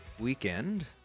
weekend